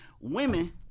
Women